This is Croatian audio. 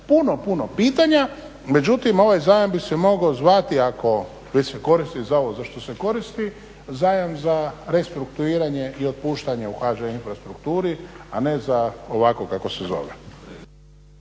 puno, puno pitanja, međutim ovaj zajam bi se mogao zvati ako se koristi za ovo za što se koristi, zajam za restrukturiranje i otpuštanje u HŽ infrastrukturi a ne za ovako kako se zove.